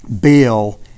bill